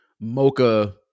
mocha